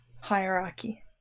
hierarchy